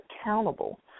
accountable